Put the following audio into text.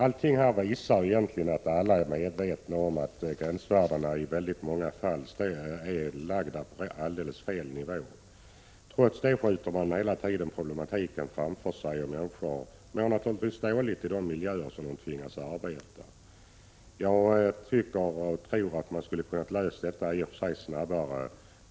Allting tyder alltså på att alla egentligen är medvetna om att gränsvärdena i många fall ligger på en alldeles felaktig nivå. Trots det skjuter man hela tiden problematiken framför sig — alltmedan människorna, naturligtvis, mår mycket dåligt av de miljöer som de tvingas arbeta i. Jag tror att det i och för sig borde ha gått att lösa dessa problem snabbare.